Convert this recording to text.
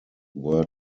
were